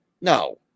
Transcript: No